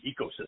ecosystem